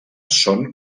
són